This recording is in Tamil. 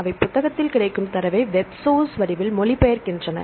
அவை புத்தகத்தில் கிடைக்கும் தரவை வெப் சோர்ஸ் வடிவில் மொழிபெயர்க்கின்றன